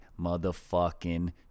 motherfucking